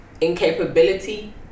incapability